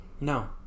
No